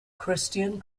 christian